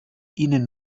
ihnen